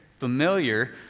familiar